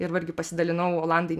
ir va irgi pasidalinau olandai